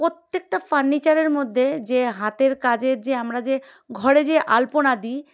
প্রত্যেকটা ফার্নিচারের মধ্যে যে হাতের কাজের যে আমরা যে ঘরে যে আলপনা দিই